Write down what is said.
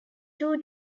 two